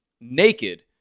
naked